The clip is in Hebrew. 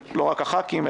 ולא רק הח"כים,